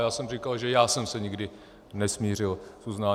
Já jsem říkal, že já jsem se nikdy nesmířil s uznáním.